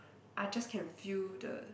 I just can feel the